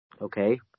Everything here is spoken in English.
Okay